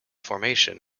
formation